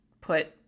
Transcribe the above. put